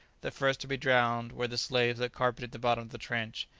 the first to be drowned were the slaves that carpeted the bottom of the trench,